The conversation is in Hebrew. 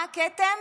מה הכתם?